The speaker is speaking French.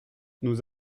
nous